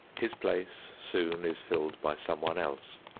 his place soon is filled by someone else.